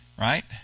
right